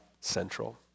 central